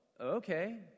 okay